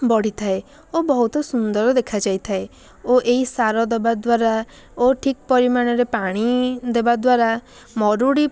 ବଢ଼ିଥାଏ ଓ ବହୁତ ସୁନ୍ଦର ଦେଖା ଯାଇଥାଏ ଓ ଏଇ ସାର ଦେବା ଦ୍ଵାରା ଓ ଠିକ ପରିମାଣରେ ପାଣି ଦେବା ଦ୍ଵାରା ମରୁଡ଼ି